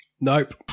Nope